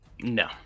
No